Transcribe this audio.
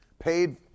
paid